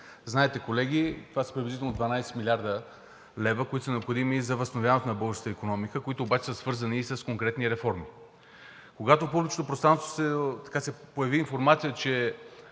Знаете, колеги, това са приблизително 12 млрд. лв., които са необходими за възстановяването на българската икономика, които обаче са свързани и с конкретни реформи. Когато в публичното пространство се появи информация, че